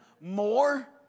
more